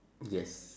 yes